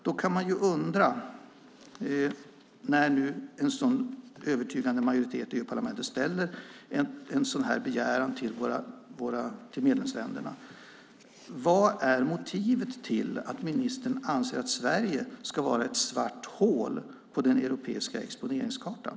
Då kan man undra när nu en sådan övertygande majoritet i EU-parlamentet ställer en sådan här begäran till medlemsländerna vad motivet är till att ministern anser att Sverige ska vara ett svart hål på den europeiska exponeringskartan.